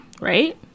right